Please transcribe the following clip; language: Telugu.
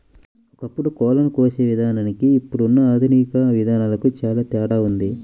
ఒకప్పుడు కోళ్ళను కోసే విధానానికి ఇప్పుడున్న ఆధునిక విధానాలకు చానా తేడా ఉంది